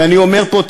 ואני אומר פה,